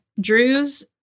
Drew's